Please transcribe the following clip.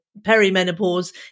perimenopause